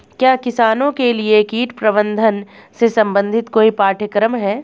क्या किसानों के लिए कीट प्रबंधन से संबंधित कोई पाठ्यक्रम है?